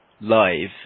live